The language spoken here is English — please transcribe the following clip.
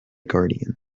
guardian